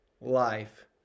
life